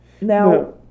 Now